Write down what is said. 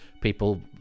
people